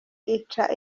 ica